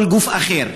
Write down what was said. כל גוף אחר,